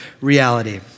reality